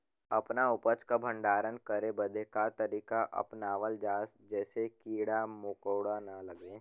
अपना उपज क भंडारन करे बदे का तरीका अपनावल जा जेसे कीड़ा मकोड़ा न लगें?